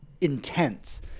intense